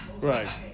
right